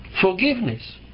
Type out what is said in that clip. forgiveness